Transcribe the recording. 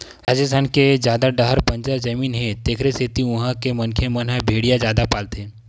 राजिस्थान के जादा डाहर बंजर जमीन हे तेखरे सेती उहां के मनखे मन ह भेड़िया जादा पालथे